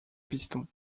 pistons